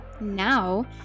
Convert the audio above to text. Now